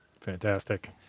fantastic